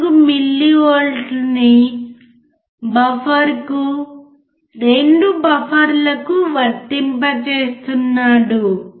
4 మిల్లీవోల్ట్ల ని బఫర్కు 2 బఫర్లకు వర్తింపచేస్తున్నాడు